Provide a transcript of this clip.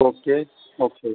okay okay